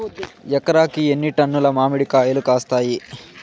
ఎకరాకి ఎన్ని టన్నులు మామిడి కాయలు కాస్తాయి?